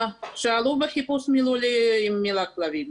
שעלו בחיפוש מילולי עם המילה "כלבים".